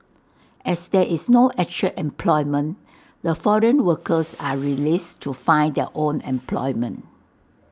as there is no actual employment the foreign workers are released to find their own employment